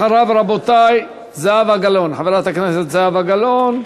אחריו, רבותי, זהבה גלאון, חברת הכנסת זהבה גלאון.